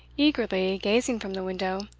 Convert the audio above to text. eagerly gazing from the window,